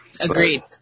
Agreed